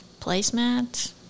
placemats